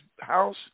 house